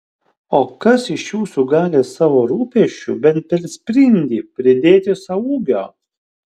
o kas iš jūsų gali savo rūpesčiu bent per sprindį pridėti sau ūgio